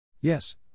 Yes